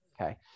Okay